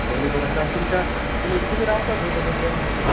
सगलीं बरीं आसा आनी तुमकां तुमी रावता खंय गो सद्याक